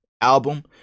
album